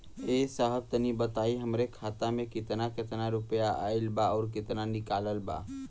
ए साहब तनि बताई हमरे खाता मे कितना केतना रुपया आईल बा अउर कितना निकलल बा?